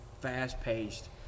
fast-paced